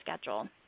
schedule